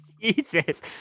Jesus